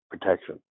protection